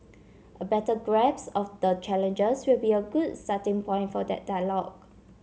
a better grasp of the challenges will be a good starting point for that dialogue